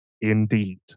indeed